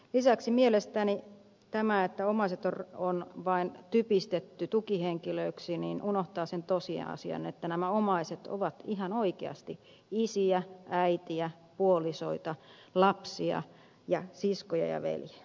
lisäksi mielestäni tämä että omaiset on typistetty vain tukihenkilöiksi unohtaa sen tosiasian että nämä omaiset ovat ihan oikeasti isiä äitejä puolisoita lapsia ja siskoja ja veljiä